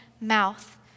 mouth